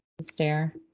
stare